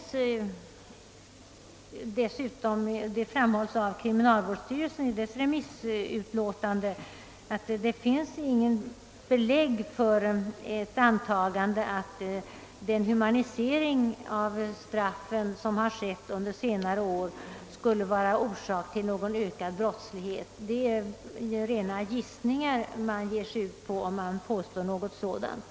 Såsom framhålls av kriminalvårdsstyrelsen i dess remissutlåtande, finns det dessutom inget belägg för antagandet att den humanisering av straffen, som har genomförts under senare år, skulle vara orsak till ökad brottslighet. Det är rena gissningar man ger sig in på, om man gör gällande något sådant.